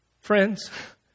Friends